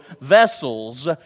vessels